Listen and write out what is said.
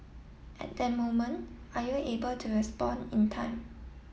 at that moment are you able to respond in time